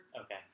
Okay